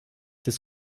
des